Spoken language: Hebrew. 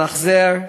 למחזר,